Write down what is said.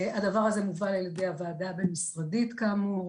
הדבר הזה מובא אל שולחנה של הוועדה הבין משרדית כאמור,